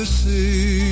see